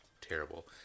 terrible